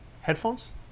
Headphones